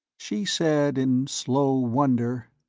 she said in slow wonder,